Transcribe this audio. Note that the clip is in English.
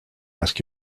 ask